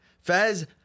Fez